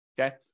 Okay